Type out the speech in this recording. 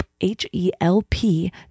H-E-L-P